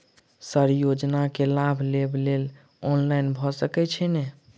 Sir योजना केँ लाभ लेबऽ लेल ऑनलाइन भऽ सकै छै नै?